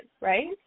right